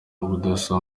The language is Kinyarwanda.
ubudasa